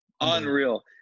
unreal